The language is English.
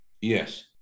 Yes